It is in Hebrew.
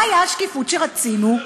מה הייתה השקיפות שרצינו?